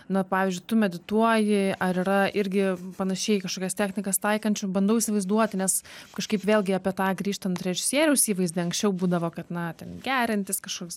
na pavyzdžiui tu medituoji ar yra irgi panašiai kažkokias technikas taikančių bandau įsivaizduoti nes kažkaip vėlgi apie tą grįžtant režisieriaus įvaizdį anksčiau būdavo kad na ten geriantis kažkoks